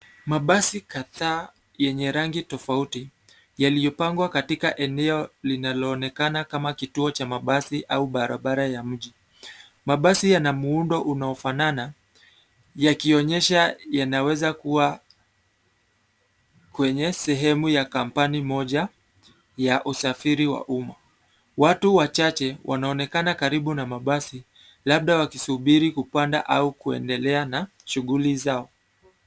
Mabasi kadhaa yenye rangi tofauti yaliyopangwa katika eneo linaoonekana kama kituo cha mabasi au barabara ya mji. Mabasi yana muundo unaofanana yakionyesha yanaweza kuwa kwenye sehemu ya kampuni moja ya usafiri wa uma. Watu wachache wanaonekana karibu na mabasi, labda wakisubiri kupanda au kuendelea na shughuli zao.